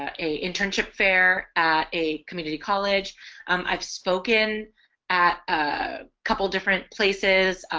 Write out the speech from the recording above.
ah a internship fair at a community college um i've spoken at a couple different places